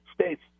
States